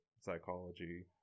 psychology